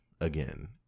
again